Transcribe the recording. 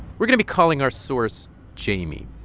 we're going to be calling our source jayme,